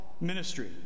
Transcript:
ministry